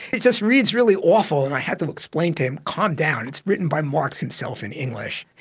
it just reads really awful! and i had to explain to him, calm down, it's written by marx himself in english.